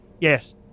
yes